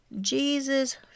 Jesus